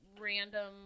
random